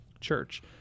church